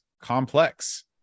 Complex